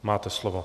Máte slovo.